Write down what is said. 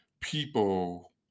people